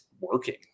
working